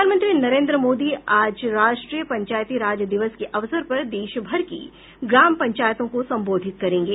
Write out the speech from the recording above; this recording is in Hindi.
प्रधानमंत्री नरेन्द्र मोदी आज राष्ट्रीय पंचायती राज दिवस के अवसर पर देशभर की ग्राम पंचायतों को सम्बोधित करेंगे